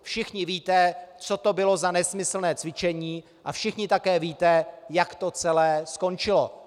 Všichni víte, co to bylo za nesmyslné cvičení, a všichni také víte, jak to celé skončilo.